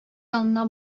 янына